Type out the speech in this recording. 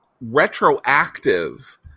retroactive